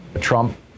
Trump